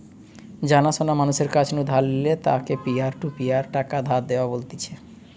জানা শোনা মানুষের কাছ নু ধার নিলে তাকে পিয়ার টু পিয়ার টাকা ধার দেওয়া বলতিছে